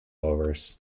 overs